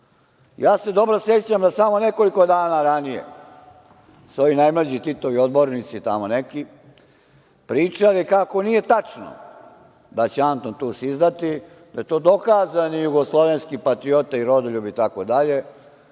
Tus. Dobro se sećam, samo nekoliko dana ranije su ovi najmlađi Titovi odbornici, tamo neki, pričali kako nije tačno da će Anton Tus izdati, da je to dokazani jugoslovenski patriota, rodoljub itd,